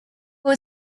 who